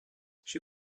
she